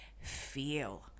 feel